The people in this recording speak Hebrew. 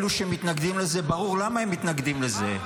אלו שמתנגדים לזה, ברור למה הם מתנגדים לזה.